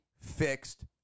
fixed